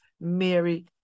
Mary